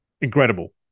Incredible